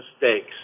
mistakes